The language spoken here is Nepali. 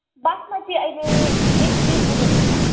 बासमती अहिले एटी पुगेको छ